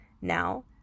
Now